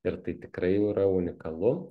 ir tai tikrai jau yra unikalu